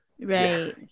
Right